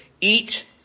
eat